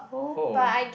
oh